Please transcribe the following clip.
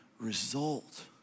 result